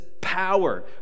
power